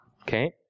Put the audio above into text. Okay